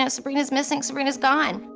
ah sabrina's missing! sabrina's gone!